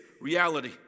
reality